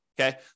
okay